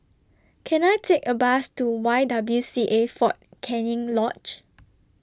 Can I Take A Bus to Y W C A Fort Canning Lodge